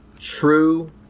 True